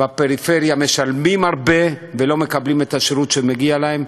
בפריפריה משלמים הרבה ולא מקבלים את השירות שמגיע להם.